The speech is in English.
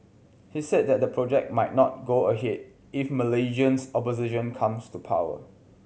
he said that the project might not go ahead if Malaysia's opposition comes to power